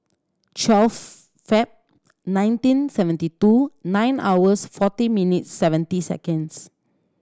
twelve Feb nineteen seventy two nine hours forty minutes seventeen seconds